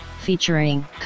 featuring